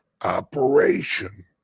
operation